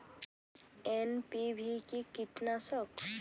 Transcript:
NPV কি কীটনাশক?